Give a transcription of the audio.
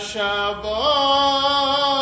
Shabbat